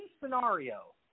scenario